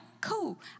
cool